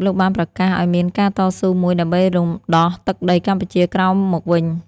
០ លោកបានប្រកាសឱ្យមានការតស៊ូមួយ ដើម្បីរំដោះទឹកដីកម្ពុជាក្រោមមកវិញ ។